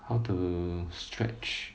how to stretch